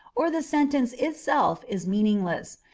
or the sentence itself is meaningless,